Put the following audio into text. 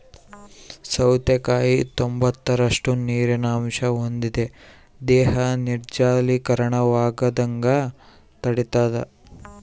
ಸೌತೆಕಾಯಾಗ ತೊಂಬತ್ತೈದರಷ್ಟು ನೀರಿನ ಅಂಶ ಹೊಂದಿದೆ ದೇಹ ನಿರ್ಜಲೀಕರಣವಾಗದಂಗ ತಡಿತಾದ